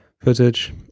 footage